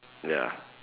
ya